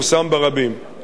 הערה אחרונה.